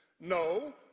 no